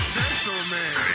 gentleman